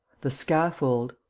the scaffold